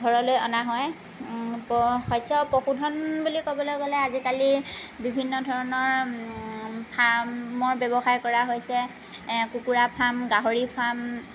ঘৰলৈ অনা হয় তো শস্য পশুধন বুলি ক'বলৈ গ'লে আজিকালি বিভিন্ন ধৰণৰ ফাৰ্মৰ ব্যৱসায় কৰা হৈছে কুকুৰাৰ ফাৰ্ম গাহৰিৰ ফাৰ্ম